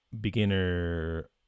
beginner